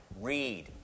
Read